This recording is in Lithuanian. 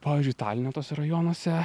pavyzdžiui taline tuose rajonuose